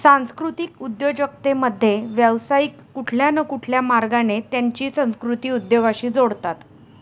सांस्कृतिक उद्योजकतेमध्ये, व्यावसायिक कुठल्या न कुठल्या मार्गाने त्यांची संस्कृती उद्योगाशी जोडतात